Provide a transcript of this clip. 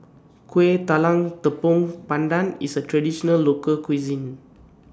Kuih Talam Tepong Pandan IS A Traditional Local Cuisine